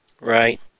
Right